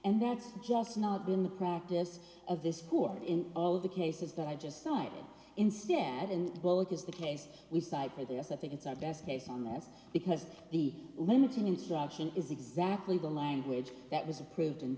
and that's just not been the practice of this poor in all of the cases that i just signed instead and well it is the case we cite for this i think it's our best case on that because the limiting instruction is exactly the language that was approved and